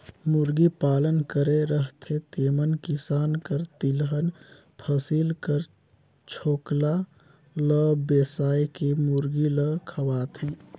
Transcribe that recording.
मुरगी पालन करे रहथें तेमन किसान कर तिलहन फसिल कर छोकला ल बेसाए के मुरगी ल खवाथें